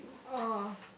oh